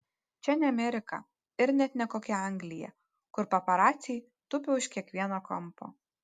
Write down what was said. čia ne amerika ir net ne kokia anglija kur paparaciai tupi už kiekvieno kampo